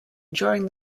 during